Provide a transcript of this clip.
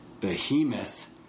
behemoth